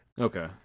Okay